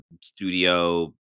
studio